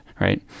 right